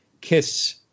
KISS